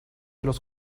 los